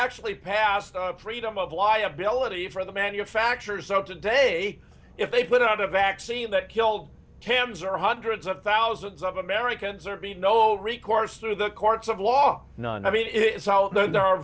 actually passed the freedom of liability for the manufacturers so today if they put out a vaccine that killed tens or hundreds of thousands of americans or be no recourse through the courts of law i mean it's all those are